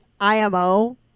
IMO